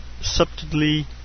subtly